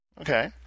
Okay